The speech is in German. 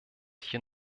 hier